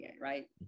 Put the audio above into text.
right